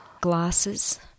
glasses